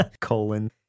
Colon